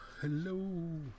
Hello